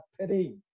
pity